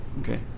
Okay